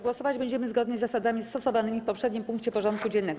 Głosować będziemy zgodnie z zasadami stosowanymi w poprzednim punkcie porządku dziennego.